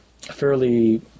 fairly